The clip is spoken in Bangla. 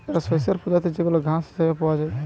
একটো শস্যের প্রজাতি যেইগুলা ঘাস হিসেবে পাওয়া যায়